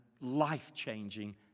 life-changing